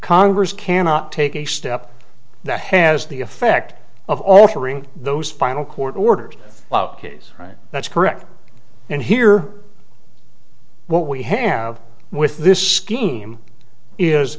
congress cannot take a step that has the effect of altering those final court ordered his right that's correct and here what we have with this scheme is